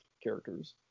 characters